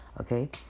Okay